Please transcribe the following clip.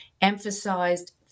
emphasized